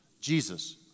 Jesus